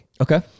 Okay